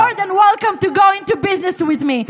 You are more than welcome to go into business with me.